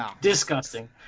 Disgusting